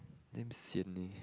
damn sian leh